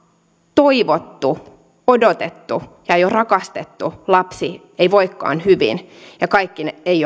toivottu odotettu ja jo rakastettu lapsi ei voikaan hyvin ja kaikki ei